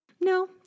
No